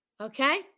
okay